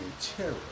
terror